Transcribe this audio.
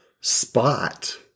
spot